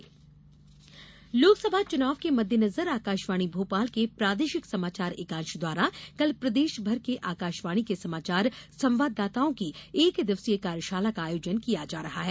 आकाशवाणी कार्यशाला लोकसभा चुनाव के मददेनजर आकाशवाणी भोपाल के प्रादेशिक समाचार एकांश द्वारा कल प्रदेश भर के आकाशवाणी के समाचार संवाददाताओं की एकदिवसीय कार्यशाला का आयोजन किया जा रहा है